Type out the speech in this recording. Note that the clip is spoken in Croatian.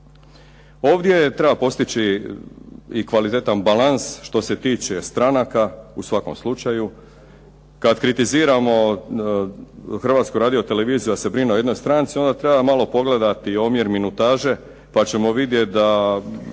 Ovdje treba postići i kvalitetan balans što se tiče stranaka u svakom slučaju. Kad kritiziramo HRT da se brine o jednoj stranci onda treba malo pogledati omjer minutaže pa ćemo vidjeti da